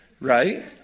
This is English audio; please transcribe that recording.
Right